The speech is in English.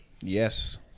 yes